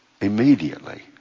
immediately